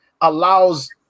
allows